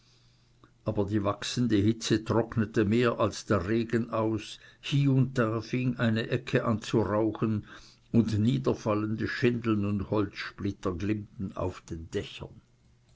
aber die wachsende hitze trocknete mehr als der regen netzte hie und da fing eine ecke an zu rauchen niederfallende schindeln und holzsplitter glimmten auf den dächern